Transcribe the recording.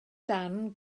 darn